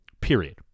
period